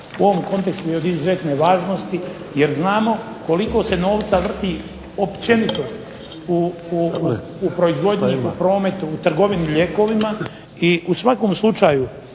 u ovom kontekstu je od izuzetne važnosti jer znamo koliko se novca vrti općenito u proizvodnju u prometu u trgovini lijekovima i u svakom slučaju